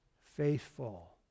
faithful